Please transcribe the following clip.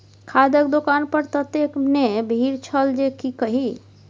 खादक दोकान पर ततेक ने भीड़ छल जे की कही